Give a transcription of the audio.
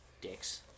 Dicks